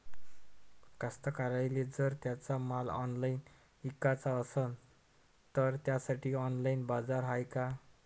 कास्तकाराइले जर त्यांचा माल ऑनलाइन इकाचा असन तर त्यासाठी ऑनलाइन बाजार हाय का?